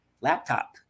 laptop